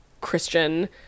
Christian